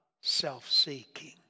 self-seeking